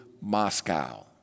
Moscow